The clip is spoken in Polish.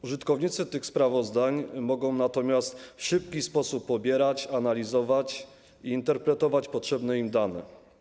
Użytkownicy tych sprawozdań mogą natomiast w szybki sposób pobierać, analizować i interpretować potrzebne im dane.